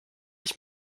ich